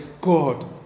God